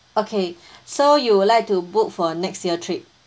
okay so you would like to book for next year trip